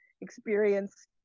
experience